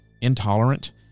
intolerant